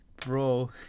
Bro